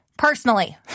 Personally